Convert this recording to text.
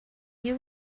you